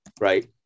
Right